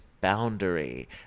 boundary